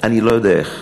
אני לא יודע איך.